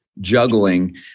juggling